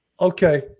Okay